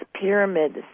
pyramids